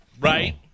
Right